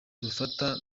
dufata